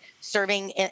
serving